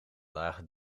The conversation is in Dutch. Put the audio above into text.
lage